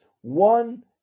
one